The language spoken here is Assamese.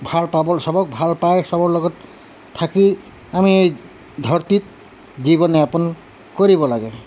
ভাল পাব চবক ভাল পাই চবৰ লগত থাকি আমি ধৰতীত জীৱন যাপন কৰিব লাগে